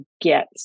get